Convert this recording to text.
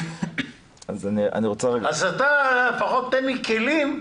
אז לפחות תן לי כלים.